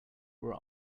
were